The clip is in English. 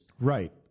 Right